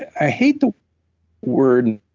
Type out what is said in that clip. i hate the word,